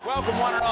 welcome one